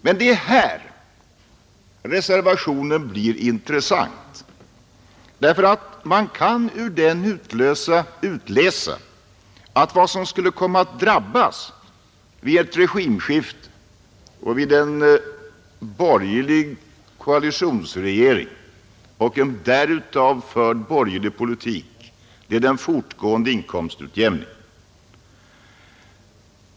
Men det är här reservationen blir intressant, därför att man kan ur den utläsa att vad som skulle komma att drabbas vid ett regimskifte och vid en borgerlig koalitionsregering, och en av denna förd borgerlig politik, är den fortgående inkomstutjämningen.